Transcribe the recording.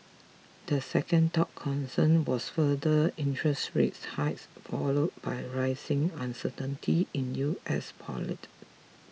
the second top concern was further interest rates hikes followed by rising uncertainty in U S politics